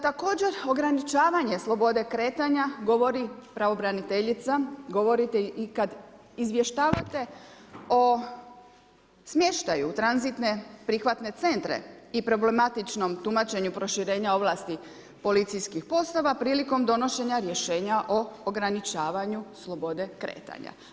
Također ograničavanje slobode kretanja, govori pravobraniteljica, govorite i kada izvještavate o smještaju tranzitne prihvatne centre i problematičnom tumačenju proširenja ovlasti policijskih postaja, prilikom donošenja rješenja o ograničavanju slobode kretanja.